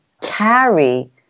carry